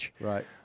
Right